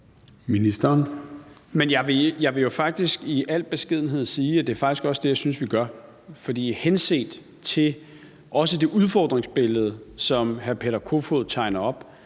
faktisk i al beskedenhed sige, at det faktisk også er det, jeg synes vi gør. For også henset til det udfordringsbillede, som hr. Peter Kofod tegner op,